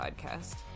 podcast